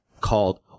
called